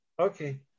Okay